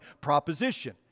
proposition